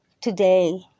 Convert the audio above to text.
today